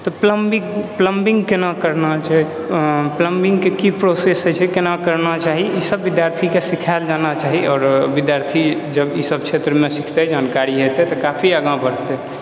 तऽ plumbing plumbing केना करना छै पलम्बिंगके की प्रोसेस हय छै केना करना चाही ई सब विद्यार्थीके सीखायल जाना चाही आओर विद्यार्थी जब ई सब क्षेत्रमे सीखतै जानकारी हेतै तऽ काफी आगाँ बढतै